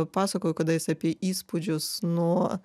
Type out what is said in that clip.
pasakojo kada jis apie įspūdžius nuo